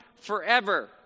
forever